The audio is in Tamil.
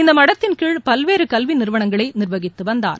இந்த மடத்தின் கீழ் பல்வேறு கல்வி நிறுவளங்களை நிர்வகித்து வந்தார்